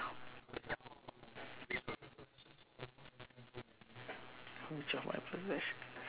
which of my possessions